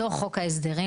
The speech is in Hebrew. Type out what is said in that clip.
בתוך חוק ההסדרים,